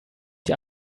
die